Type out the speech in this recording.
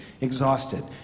Exhausted